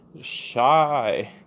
Shy